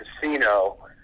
casino